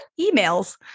emails